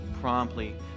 promptly